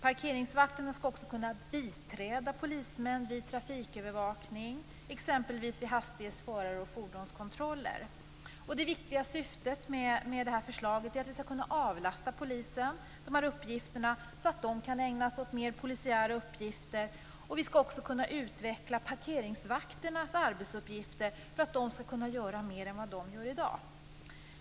Parkeringsvakterna skall också kunna biträda polismän vid trafikövervakning, t.ex. vid hastighets-, förar och fordonskontroller. Det viktigaste syftet med det här förslaget är att vi skall kunna avlasta poliserna dessa uppgifter, så att de kan ägna sig åt mer polisiära uppgifter. Vi skall också kunna utveckla parkeringsvakternas arbetsuppgifter, så att de skall kunna göra mer än vad de gör i dag.